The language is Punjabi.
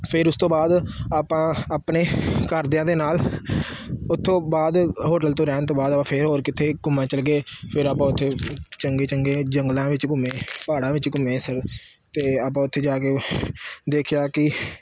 ਫਿਰ ਉਸ ਤੋਂ ਬਾਅਦ ਆਪਾਂ ਆਪਣੇ ਘਰਦਿਆਂ ਦੇ ਨਾਲ ਉੱਥੋਂ ਬਾਅਦ ਹੋਟਲ ਤੋਂ ਰਹਿਣ ਤੋਂ ਬਾਅਦ ਆਪਾਂ ਫਿਰ ਹੋਰ ਕਿਤੇ ਘੁੰਮਣ ਚੱਲ ਗਏ ਫਿਰ ਆਪਾਂ ਉੱਥੇ ਚੰਗੇ ਚੰਗੇ ਜੰਗਲਾਂ ਵਿੱਚ ਘੁੰਮੇ ਪਹਾੜਾਂ ਵਿੱਚ ਘੁੰਮੇ ਸਨ ਅਤੇ ਆਪਾਂ ਉੱਥੇ ਜਾ ਕੇ ਦੇਖਿਆ ਕਿ